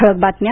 ठळक बातम्या